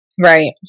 Right